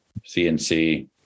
cnc